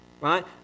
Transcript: right